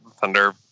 Thunder